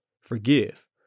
forgive